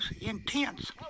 intense